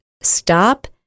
stop